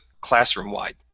classroom-wide